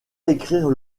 écrire